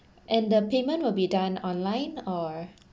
and the payment will be done online or